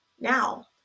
Now